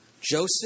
Joseph